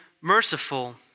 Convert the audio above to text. merciful